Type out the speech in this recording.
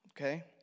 okay